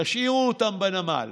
תשאירו אותו בנמל.